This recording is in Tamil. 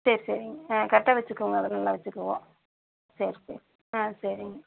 சரி சரிங்க ஆ கரெக்டாக வெச்சுக்குவோம்ங்க அதெல்லாம் நல்லா வெச்சுக்குவோம் சரி சரி சரிங்க